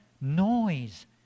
Noise